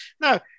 No